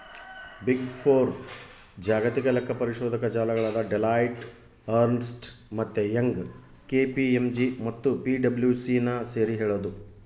big four ಜಾಗತಿಕ ಲೆಕ್ಕಪರಿಶೋಧಕ ಜಾಲಗಳಾದ ಡೆಲಾಯ್ಟ್, ಅರ್ನ್ಸ್ಟ್ ಮತ್ತೆ ಯಂಗ್, ಕೆ.ಪಿ.ಎಂ.ಜಿ ಮತ್ತು ಪಿಡಬ್ಲ್ಯೂಸಿನ ಸೇರಿ ಹೇಳದು